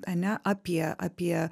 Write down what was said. ane apie apie